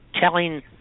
telling